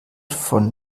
von